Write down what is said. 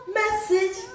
message